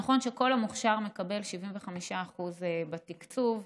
נכון שכל המוכש"ר מקבל 75% בתקצוב,